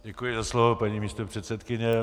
Děkuji za slovo, paní místopředsedkyně.